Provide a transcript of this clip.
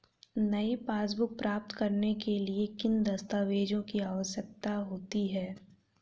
नई पासबुक प्राप्त करने के लिए किन दस्तावेज़ों की आवश्यकता होती है?